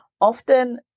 Often